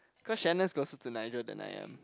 cause Sharon gossip to Nigel that night ya